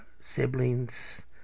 siblings